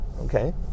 okay